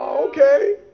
Okay